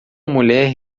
mulher